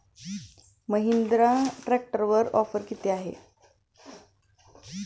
महिंद्रा ट्रॅक्टरवर ऑफर किती आहे?